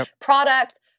product